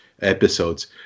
episodes